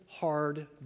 hard